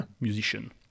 musician